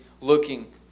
looking